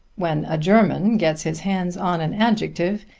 when a german gets his hands on an adjective,